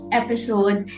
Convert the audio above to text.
episode